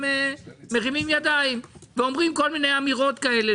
מרימים ידיים ואומרים כל מיני אמירות כאלה,